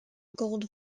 gold